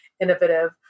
innovative